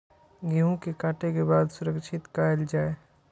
गेहूँ के काटे के बाद सुरक्षित कायल जाय?